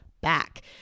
back